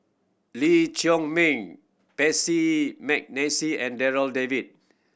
Lee Chiaw Meng Percy McNeice and Darryl David